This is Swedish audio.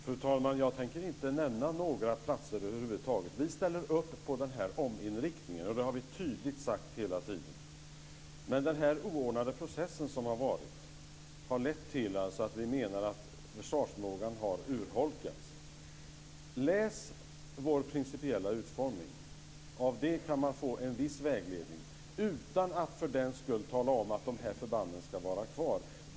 Fru talman! Jag tänker inte nämna några platser över huvud taget. Vi ställer upp på ominriktningen, och det har vi tydligt sagt hela tiden. Den oordnade process som har varit har lett till att vi menar att försvarsförmågan har urholkats. Läs vår principiella utformning. Av det kan man få en viss vägledning utan att för den skull tala om vilka förband som ska vara kvar.